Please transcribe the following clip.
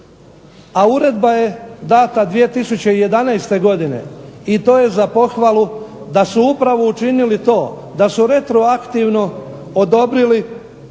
a uredba je dana 2011. godine i to je za pohvalu da su upravo učinili to da su retroaktivno odobrili svoje